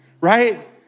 right